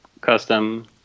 custom